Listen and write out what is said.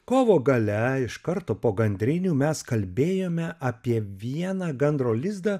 kovo gale iš karto po gandrinių mes kalbėjome apie vieną gandro lizdą